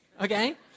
okay